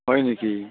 হয় নেকি